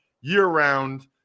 year-round